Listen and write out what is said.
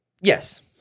Yes